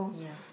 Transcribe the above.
yeah